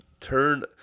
turn